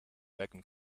vacuum